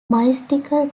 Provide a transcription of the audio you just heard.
mystical